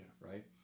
right